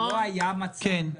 ולא היה מצב כזה.